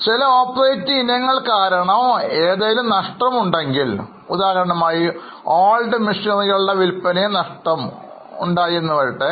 ചില non operating ഇനങ്ങൾ കാരണം എന്തെങ്കിലും നഷ്ടം ഉണ്ടെങ്കിൽ ഉദാഹരണമായി old machineryകളുടെ വില്പനയിൽ നഷ്ടം പറയട്ടെ